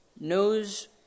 knows